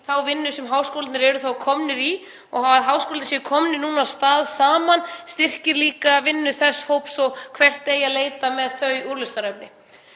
vinnu sem háskólarnir eru komnir í. Það að háskólarnir séu komnir núna af stað saman styrkir líka vinnu þess hóps og hvert eigi að leita með þau úrlausnarefni.